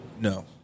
No